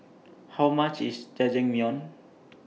How much IS Jajangmyeon